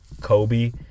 Kobe